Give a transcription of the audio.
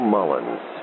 Mullins